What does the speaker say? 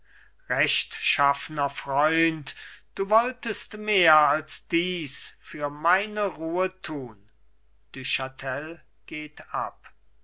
rechtschaffner freund du wolltest mehr als dies für meine ruhe tun du chatel geht ab